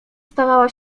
stawała